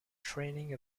training